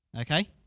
okay